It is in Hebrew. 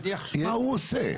מה הוא עושה?